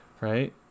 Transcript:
Right